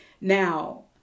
Now